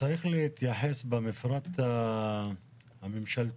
צריך להתייחס במפרט הממשלתי